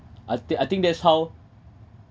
I think I think that's how